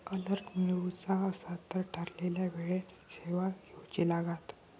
alert मिळवुचा असात तर ठरवलेल्या वेळेन सेवा घेउची लागात